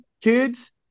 kids